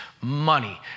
money